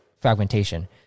fragmentation